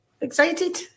Excited